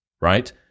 right